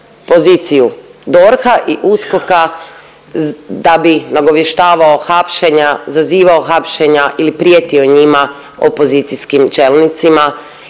poziciju DORH-a i USKOK-a da bi nagovještavao hapšenja, zazivao hapšenja ili prijetio njima opozicijskim čelnicima